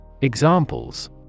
Examples